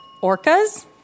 Orcas